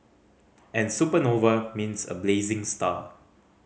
and supernova means a blazing star